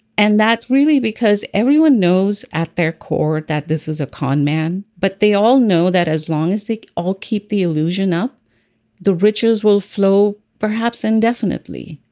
and that's really because everyone knows at their core that this is a con man but they all know that as long as they all keep the illusion of the riches will flow perhaps indefinitely.